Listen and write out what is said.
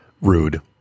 Rude